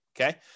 Okay